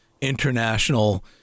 international